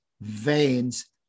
veins